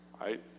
right